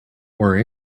worry